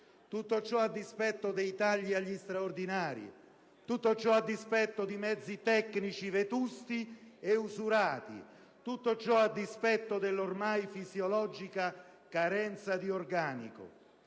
Tutto ciò a dispetto dei tagli agli straordinari; tutto ciò a dispetto di mezzi tecnici vetusti e usurati; tutto ciò a dispetto dell'ormai fisiologica carenza di organico